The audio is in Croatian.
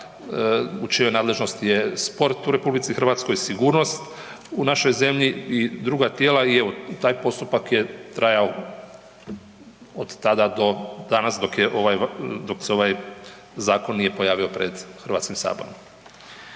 u čijoj nadležnosti je sport u RH, sigurnost u našoj zemlji i druga tijela i evo taj postupak je trajao od tada do danas dok se ovaj zakon nije pojavio pred HS-om.